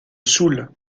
soule